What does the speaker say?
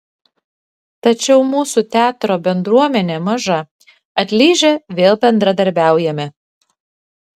tačiau mūsų teatro bendruomenė maža atlyžę vėl bendradarbiaujame